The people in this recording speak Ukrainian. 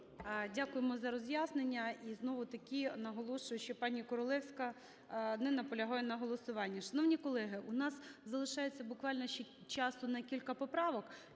Дякуємо за роз'яснення. І знову ж таки наголошую, що пані Королевська не наполягає на голосуванні. Шановні колеги, у нас залишається буквально ще часу на кілька поправок.